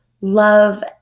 love